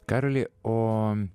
karoli o